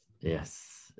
yes